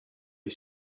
est